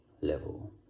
level